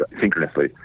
synchronously